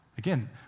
Again